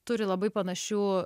turi labai panašių